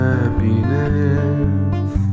Happiness